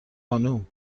خانم